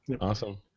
Awesome